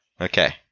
Okay